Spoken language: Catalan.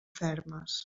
fermes